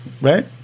right